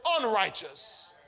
unrighteous